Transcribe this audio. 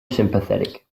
sympathetic